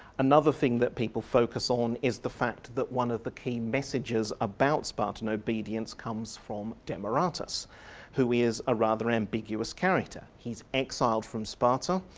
another thing that people focus on is the fact that one of the key messages about spartan obedience comes from demaratus who is a rather ambiguous character. he's exiled from sparta,